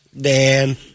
Dan